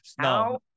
No